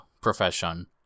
profession